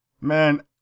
Man